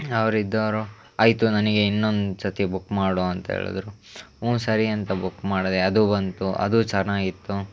ಅವ್ರು ಇದ್ದೋವ್ರು ಆಯಿತು ನನಗೆ ಇನ್ನೊಂದು ಸರ್ತಿ ಬುಕ್ ಮಾಡು ಅಂತ ಹೇಳಿದ್ರು ಹ್ಞೂಂ ಸರಿ ಅಂತ ಬುಕ್ ಮಾಡಿದೆ ಅದು ಬಂತು ಅದೂ ಚೆನ್ನಾಗಿತ್ತು